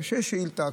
כשיש שאילתה,